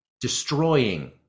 destroying